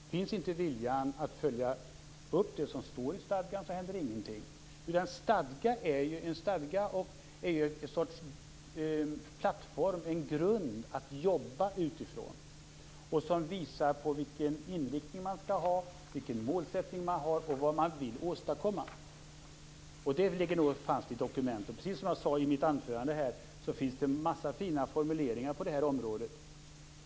Finns inte viljan att följa upp det som står i stadgan, händer ingenting. En stadga är en grund att arbeta från som visar vilken inriktning man skall ha och vad man vill åstadkomma. Det ligger då fast i dokumenten. Precis som jag sade i mitt anförande finns det en massa fina formuleringar på detta område.